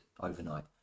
overnight